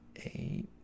eight